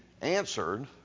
answered